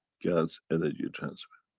gans energy transfer.